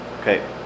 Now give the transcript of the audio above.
Okay